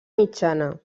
mitjana